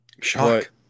Shock